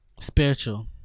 Spiritual